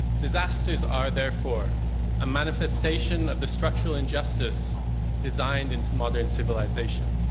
disasters are therefore a manifestation of the structural injustice designed into modern civilisation.